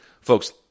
Folks